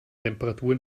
temperaturen